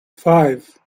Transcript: five